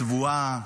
צבועה,